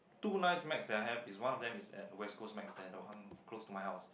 two nice snacks that I have is one of them is at West-Coast Macs the other one close to my house